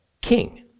king